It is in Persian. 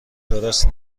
درست